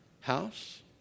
house